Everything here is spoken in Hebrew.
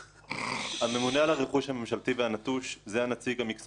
הממונה על הרכוש הממשלתי והנטוש זה הנציג המקצועי שלה,